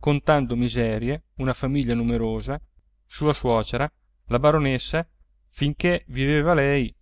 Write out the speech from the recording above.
contando miserie una famiglia numerosa sua suocera la baronessa finché viveva lei